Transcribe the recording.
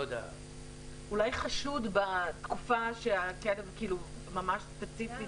אולי חשוד בתקופה הספציפית.